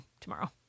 tomorrow